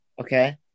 okay